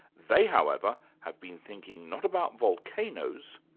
they however, have been thinking not about volcanoes,